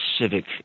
civic